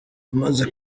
bumaze